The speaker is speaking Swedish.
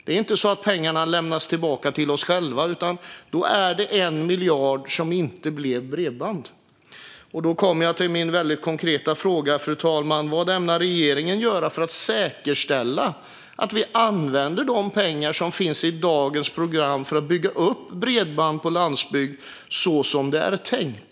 Det är inte så att pengarna lämnas tillbaka till oss själva, utan då är det 1 miljard som inte blev bredband. Då kommer jag till min väldigt konkreta fråga, fru talman: Vad ämnar regeringen göra för att säkerställa att vi använder de pengar som finns i dagens program för att bygga upp bredband på landsbygd så som det är tänkt?